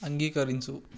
అంగీకరించు